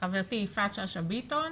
חברתי יפעת שאשא ביטון.